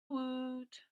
woot